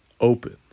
open